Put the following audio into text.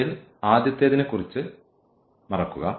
അതിൽ ആദ്യത്തേതിനെക്കുറിച്ച് മറക്കുക